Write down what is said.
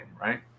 right